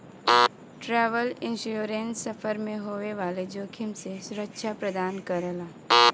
travel insurance सफर में होए वाले जोखिम से सुरक्षा प्रदान करला